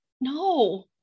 no